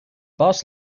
boss